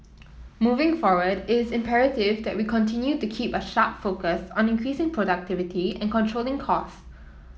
moving forward is imperative that we continue to keep a sharp focus on increasing productivity and controlling cost